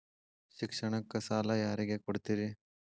ಶಿಕ್ಷಣಕ್ಕ ಸಾಲ ಯಾರಿಗೆ ಕೊಡ್ತೇರಿ?